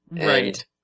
Right